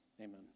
amen